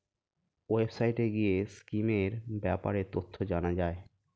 ওয়েবসাইটে গিয়ে স্কিমের ব্যাপারে তথ্য জানা যায়